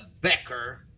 Becker